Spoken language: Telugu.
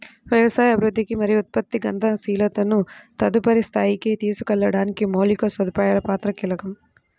వ్యవసాయ అభివృద్ధికి మరియు ఉత్పత్తి గతిశీలతను తదుపరి స్థాయికి తీసుకెళ్లడానికి మౌలిక సదుపాయాల పాత్ర కీలకం